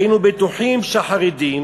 היינו בטוחים שהחרדים